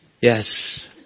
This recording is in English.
Yes